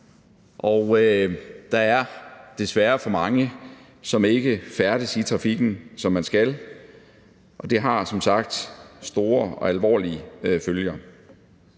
Der er desværre for mange, som ikke færdes i trafikken, som man skal, og det har som sagt store og alvorlige følger.